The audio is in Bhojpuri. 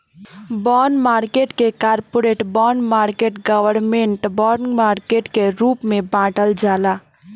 बॉन्ड मार्केट के corporate bond market government bond market के रूप में बॉटल जाला